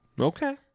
Okay